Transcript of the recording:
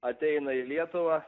ateina į lietuvą